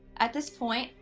at this point,